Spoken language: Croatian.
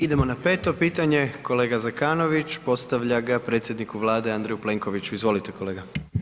Idemo na 5. pitanje, kolega Zekanović, postavlja ga predsjedniku Vlade Andreju Plenkoviću, izvolite kolega.